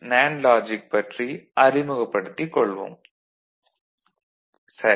NAND logic பற்றி அறிமுகப்படுத்திக் கொள்வோம் சரி